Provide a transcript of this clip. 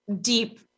deep